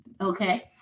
okay